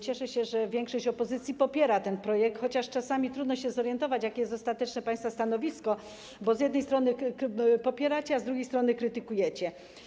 Cieszę się też, że większość opozycji popiera ten projekt, chociaż czasami trudno się zorientować, jakie jest ostateczne państwa stanowisko, bo z jednej strony popieracie, a z drugiej strony krytykujecie.